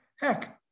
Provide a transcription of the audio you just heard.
heck